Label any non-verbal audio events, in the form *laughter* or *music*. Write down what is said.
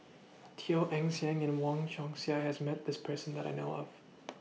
Teo Eng Seng and Wong Chong Sai has Met This Person that I know of *noise*